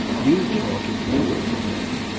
you'd talk if you were tormented.